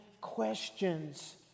questions